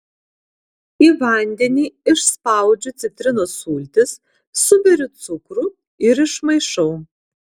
į vandenį išspaudžiu citrinos sultis suberiu cukrų ir išmaišiau